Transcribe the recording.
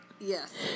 Yes